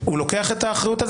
לוקח את האחריות?